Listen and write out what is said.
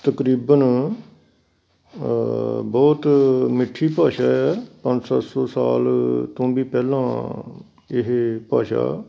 ਤਕਰੀਬਨ ਬਹੁਤ ਮਿੱਠੀ ਭਾਸ਼ਾ ਆ ਪੰਜ ਸੱਤ ਸੌ ਸਾਲ ਤੋਂ ਵੀ ਪਹਿਲਾਂ ਇਹ ਭਾਸ਼ਾ